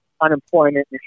unemployment